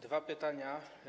Dwa pytania.